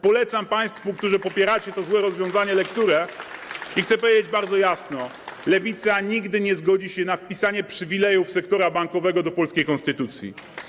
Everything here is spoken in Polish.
Polecam państwu, którzy popieracie to złe rozwiązanie, lekturę i chcę powiedzieć bardzo jasno: Lewica nigdy nie zgodzi się na wpisanie przywilejów sektora bankowego do polskiej konstytucji.